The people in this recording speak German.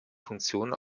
funktion